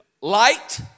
light